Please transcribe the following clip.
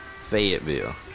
Fayetteville